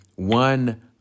One